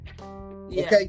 Okay